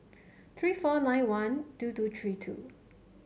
three four nine one two two three two